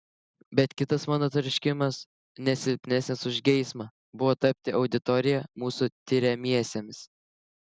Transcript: bet kitas mano troškimas ne silpnesnis už geismą buvo tapti auditorija mūsų tiriamiesiems